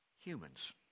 humans